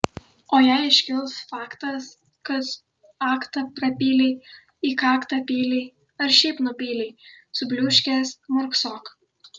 o jei iškils faktas kad aktą prapylei į kaktą pylei ar šiaip nupylei subliūškęs murksok